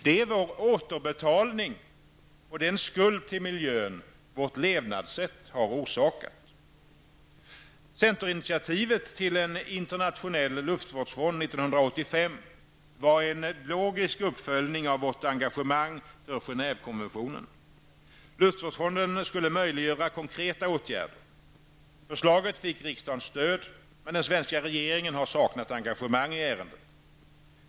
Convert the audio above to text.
Det är vår återbetalning på den skuld till miljön som vårt levnadssätt har orsakat. 1985 var en logisk uppföljning av vårt engagemang för Genèvekonventionen. Luftvårdsfonden skulle möjliggöra konkreta åtgärder. Förslaget fick riksdagens stöd, men den svenska regeringen har saknat engagemang i ärendet.